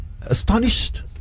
astonished